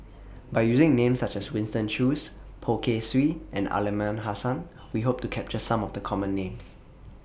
By using Names such as Winston Choos Poh Kay Swee and Aliman Hassan We Hope to capture Some of The Common Names